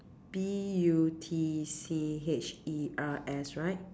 B U T C H E R S right